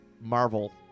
marvel